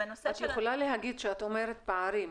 כשאת אומרת פערים,